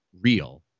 real